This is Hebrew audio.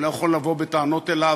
אני לא יכול לבוא בטענות אליו,